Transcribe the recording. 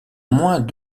moins